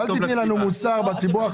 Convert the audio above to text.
אל תטיפי לנו מוסר, לציבור החרדי.